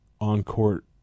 on-court